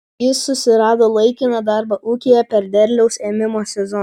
jis susirado laikiną darbą ūkyje per derliaus ėmimo sezoną